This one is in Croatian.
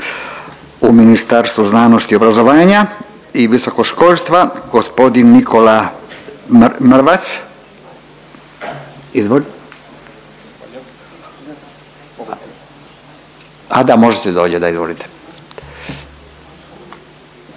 Ministarstvu znanosti i obrazovanja i visokog školstva, g. Nikola Mrvac, izvolite. A da, možete dolje, da, izvolite.